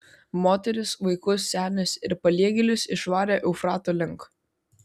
moteris vaikus senius ir paliegėlius išvarė eufrato link